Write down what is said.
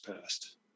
passed